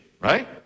right